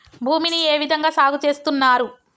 భూమిని ఏ విధంగా సాగు చేస్తున్నారు?